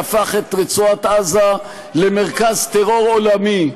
שהפך את רצועת עזה למרכז טרור עולמי,